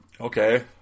Okay